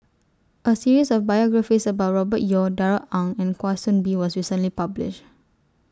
A series of biographies about Robert Yeo Darrell Ang and Kwa Soon Bee was recently published